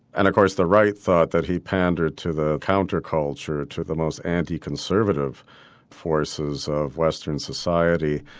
and of course the right thought that he pandered to the counter-culture, to the most anti-conservative forces of western society.